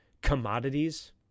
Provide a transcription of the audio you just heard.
commodities